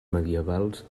medievals